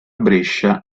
brescia